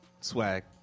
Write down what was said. Swag